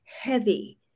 heavy